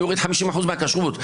אני אוריד 50% מהכשרות.